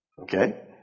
Okay